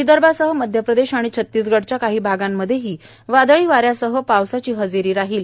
विदर्भासाह मध्य प्रदेश आणि छतिसगडच्या काही भागांमध्येही वादळी वाऱ्यासाह पावसाची हजेरी लागणार आहे